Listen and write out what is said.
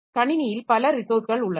கணினியில் பல ரிசோர்ஸ்கள் உள்ளன